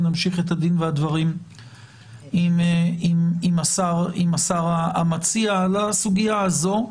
ונמשיך את הדין והדברים עם השר המציע על הסוגיה הזו.